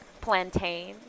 Plantain